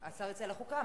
לוועדת חוקה.